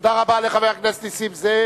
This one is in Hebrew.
תודה רבה לחבר הכנסת נסים זאב.